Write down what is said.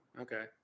Okay